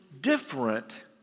different